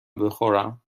بخورم